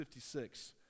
56